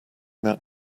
that